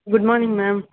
good morning ma'am